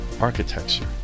architecture